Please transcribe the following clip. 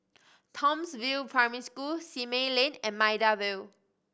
Townsville Primary School Simei Lane and Maida Vale